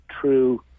true